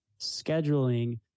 scheduling